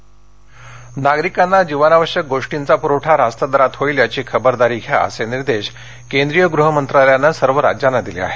जीवनावश्यक वस्त नागरिकांना जीवनावश्यक गोष्टींचा पुरवठा रास्त दरात होईल याची खबरदारी घ्या असे निर्देश केंद्रीय गृहमंत्रालयानं सर्व राज्यांना दिले आहेत